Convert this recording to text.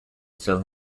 still